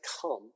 come